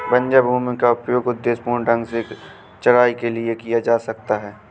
बंजर भूमि का उपयोग उद्देश्यपूर्ण ढंग से चराई के लिए किया जा सकता है